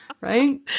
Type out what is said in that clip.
Right